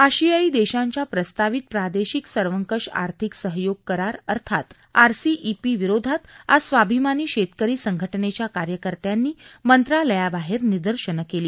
आशियायी देशांच्या प्रस्तावित प्रादेशिक सर्वंकष आर्थिक सहयोग करार अर्थात आरसीईपी विरोधात आज स्वाभिमानी शेतकरी संघटनेच्या कार्यकर्त्यांनी मंत्रालयाबाहेर निदर्शन केली